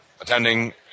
attending